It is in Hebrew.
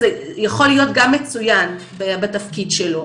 יכול להיות גם מצוין בתפקיד שלו.